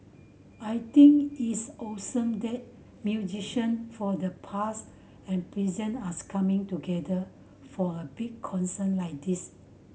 I think it's awesome that musician for the past and present as coming together for a big concert like this